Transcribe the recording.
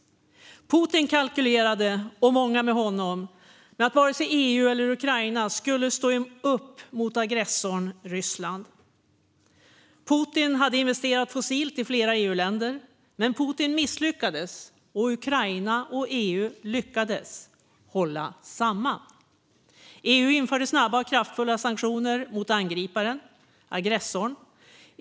Putin, och många med honom, kalkylerade med att varken EU eller Ukraina skulle stå upp mot aggressorn Ryssland. Putin hade investerat fossilt i flera EU-länder. Men Putin misslyckades, och Ukraina och EU lyckades hålla samman. EU införde snabba och kraftfulla sanktioner mot angriparen, aggressorn.